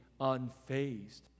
unfazed